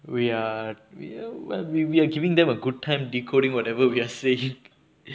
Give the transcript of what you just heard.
we are we we're giving them a good time decoding whatever we are saying